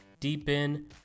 Deepin